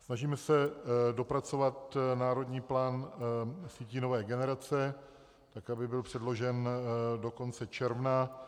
Snažíme se dopracovat Národní plán sítí nové generace, tak aby byl předložen do konce června.